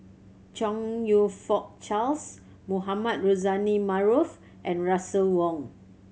Chong You Fook Charles Mohamed Rozani Maarof and Russel Wong